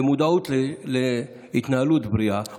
למודעות להתנהלות בריאה,